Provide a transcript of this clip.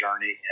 journey